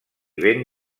ben